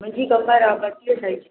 मुंहिंजी कमरि आहे ॿटीह साइज़